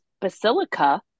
Basilica